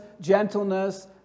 gentleness